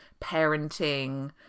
parenting